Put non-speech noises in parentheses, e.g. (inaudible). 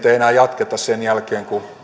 (unintelligible) ei enää jatketa sen jälkeen kun